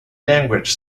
languages